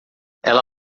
ela